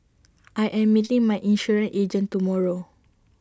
I am meeting my insurance agent tomorrow